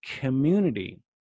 community